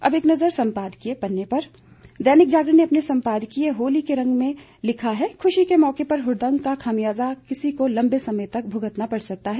अब एक नजर संपादकीय पन्ने पर दैनिक जागरण अपने संपादकीय होली के रंग में लिखता है कि खुशी के मौके पर हुड़दंग का खामियाजा किसी को लंबे समय तक भुगतना पड़ सकता है